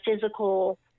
physical